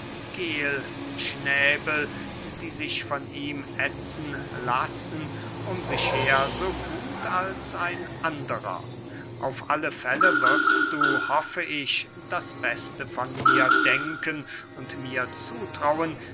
geelschnäbel die sich von ihm ätzen lassen um sich her so gut als ein anderer auf alle fälle wirst du hoffe ich das beste von mir denken und mir zutrauen